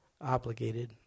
obligated